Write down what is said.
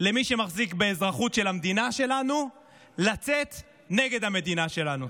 למי שמחזיק באזרחות של המדינה שלנו לצאת נגד המדינה שלנו.